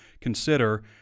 consider